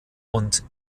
und